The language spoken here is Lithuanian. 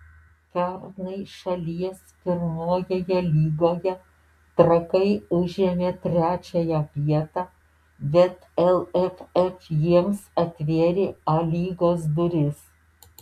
pernai šalies pirmojoje lygoje trakai užėmė trečiąją vietą bet lff jiems atvėrė a lygos duris